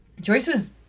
Joyce's